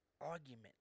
argument